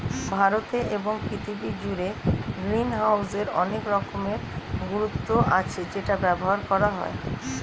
ভারতে এবং পৃথিবী জুড়ে গ্রিনহাউসের অনেক রকমের গুরুত্ব আছে যেটা ব্যবহার করা হয়